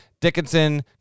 Dickinson